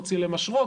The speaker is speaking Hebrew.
להוציא להם אשרות,